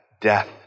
death